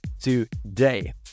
today